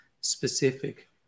specific